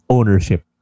Ownership